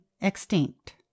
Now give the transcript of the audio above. extinct